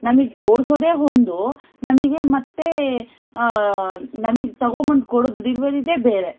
ನಮಗೆ ತೋರಿಸೋದೆ ಒಂದು ನಮಗೆ ಮತ್ತು ನಮಗೆ ತಗೋಬಂದು ಕೊಡೋದು ಡೆಲ್ವರಿದ್ದೆ ಬೇರೆ